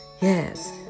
Yes